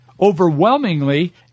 Overwhelmingly